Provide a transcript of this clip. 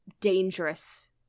dangerous